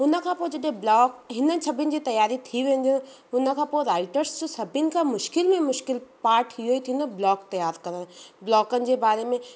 हुनखां पोइ जॾहि ब्लॉक हिन सभिनि जी तयारी थी वेंदियूं हुनखां पोइ राइटर्स सभिनि खां मुश्किलु में मुश्किलु पार्ट इहेई थींदो ब्लॉक तयार करण ब्लॉकनि जे बारे में